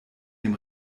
dem